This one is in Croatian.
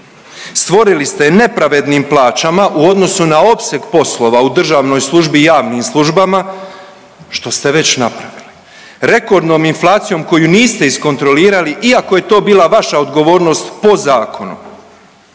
Stvorili ste ih nepravednim plaćama u odnosu na opseg poslova u državnoj službi i javnim službama što ste već napravili rekordnom inflacijom koju niste iskontrolirali iako je to bila vaša odgovornost po zakonu.